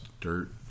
dirt